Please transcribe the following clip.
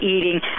eating